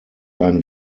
ein